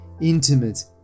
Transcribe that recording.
intimate